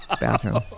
bathroom